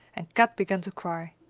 and kat began to cry.